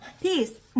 peace